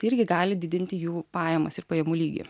tai irgi gali didinti jų pajamas ir pajamų lygį